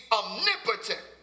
omnipotent